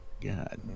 God